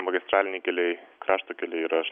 magistraliniai keliai krašto keliai yra